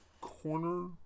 Corner